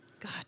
God